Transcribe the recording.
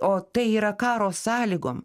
o tai yra karo sąlygom